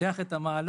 פותח את המעלון,